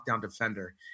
defender